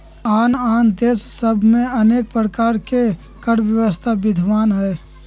आन आन देश सभ में अनेक प्रकार के कर व्यवस्था विद्यमान हइ